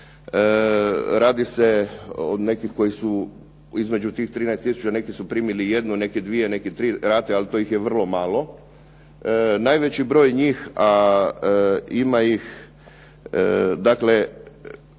Radi se o nekih između tih 13 tisuća neki su primili jednu, neki dvije, neki tri rate, ali to ih je vrlo malo. Najveći broj njih, ima ih dakle